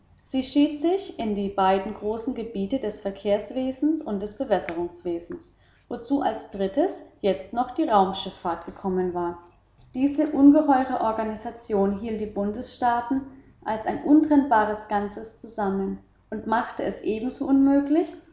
sie schied sich in die beiden großen gebiete des verkehrswesens und des bewässerungswesens wozu als drittes jetzt noch die raumschifffahrt gekommen war diese ungeheure organisation hielt die bundesstaaten als ein untrennbares ganze zusammen und machte es ebenso unmöglich